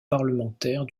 parlementaire